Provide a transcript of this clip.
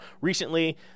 recently